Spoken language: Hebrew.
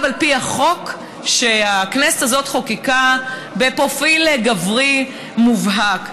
על פי החוק שהכנסת הזאת חוקקה בפרופיל גברי מובהק.